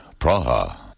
Praha